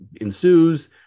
ensues